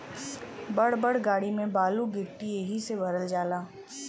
बड़ बड़ गाड़ी में बालू गिट्टी एहि से भरल जाला